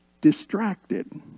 distracted